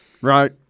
Right